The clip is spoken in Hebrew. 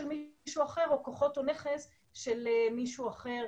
מישהו אחר או כוחות או נכס של מישהו אחר.